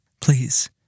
Please